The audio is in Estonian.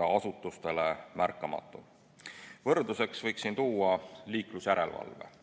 ja asutustele märkamatu. Võrdluseks võiks siin tuua liiklusjärelevalve.